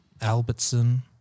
Albertson